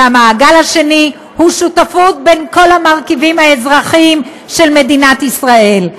והמעגל השני הוא שותפות בין כל המרכיבים האזרחיים של מדינת ישראל.